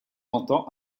entend